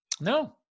No